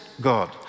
God